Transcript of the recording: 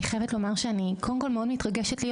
אני חייבת לומר שאני קודם כל מאוד מתרגשת להיות